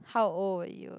how old were you